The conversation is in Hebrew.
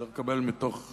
צריך לקבל מתוך רגש,